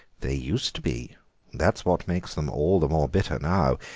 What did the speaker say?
they used to be that's what makes them all the more bitter now.